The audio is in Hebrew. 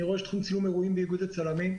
אני ראש תחום צילום אירועים באיגוד הצלמים.